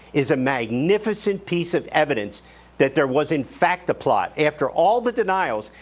is a magnificent piece of evidence that there was in fact the plot. after all the denials,